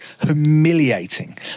humiliating